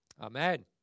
Amen